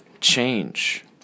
change